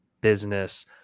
business